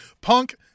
Punk